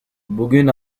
bugün